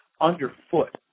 underfoot